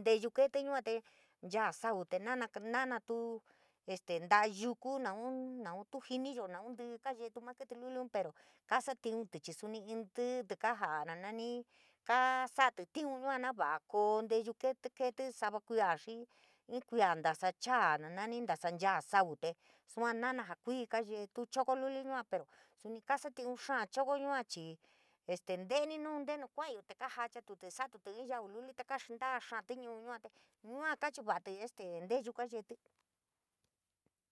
nteyuu keetí yua te nchaa sau tee nanatuu este nta'a yuku, naun naun tuu jiniyo naun tí'í kaayetí maa kítí luliun pero kasatiuntí, chii suni inn ntí'ítí kaa ja'a ja nani kaasa'atí tiun yua na va'a koo nteyu kítí keetí sava kuia xii inn kuia, ntasa nchaa na nani nasaa nchaa sau tee saa na naa jaa kui, kaayetu choko luli yua pero suni kasatiun xáá choko yua, cii este nteni nuu ntenu kua'ayo tee jachatutí, sa'atutí inn yau luli yua pero suni kasatiun xáá choko yua chii este nteeni nuu ntenu kua'ayo te kaajachatutí, sa'atutí inn yau luli tee kastaa xáátí ñu'u yua, te yua kachiva'atí te este nteyuu kaayetí